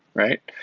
right?